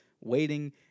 waiting